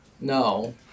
No